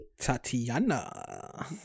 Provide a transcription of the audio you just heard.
Tatiana